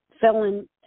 felon